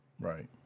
Right